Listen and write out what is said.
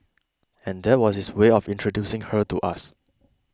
and that was his way of introducing her to us